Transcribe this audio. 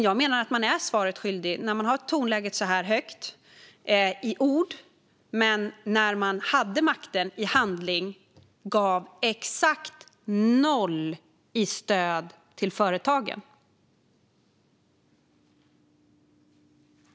Jag menar dock att man är svaret skyldig när man har ett så här högt tonläge i ord men i handling, när man hade makten, gav exakt noll i stöd till företagen.